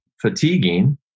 fatiguing